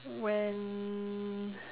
when